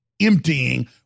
emptying